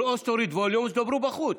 או שתוריד ווליום או שתדברו בחוץ.